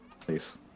please